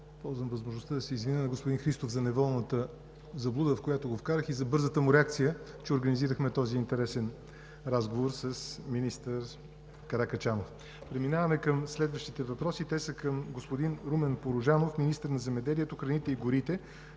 Използвам възможността да се извиня на господин Христов за неволната заблуда, в която го вкарах, и за бързата му реакция – че организирахме този интересен разговор с министър Каракачанов. Преминаваме към следващите въпроси. Те са към господин Румен Порожанов – министър на земеделието, храните и горите,